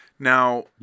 Now